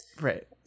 Right